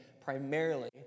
primarily